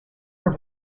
her